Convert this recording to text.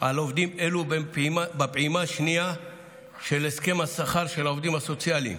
על עובדים אלו בפעימה השנייה של הסכם השכר של העובדים הסוציאליים.